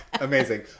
Amazing